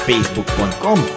Facebook.com